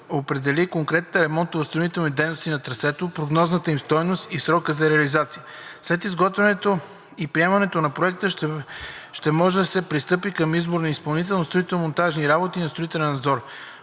определи конкретните ремонтно възстановителни дейности на трасето, прогнозната им стойност и срока за реализация. След изготвянето и приемането на проекта ще може да се пристъпи към избор на изпълнители на строително-монтажни работи и на строителен надзор.